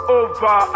over